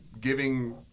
giving